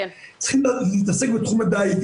צריכים להתעסק בתחום הדיג,